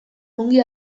ongi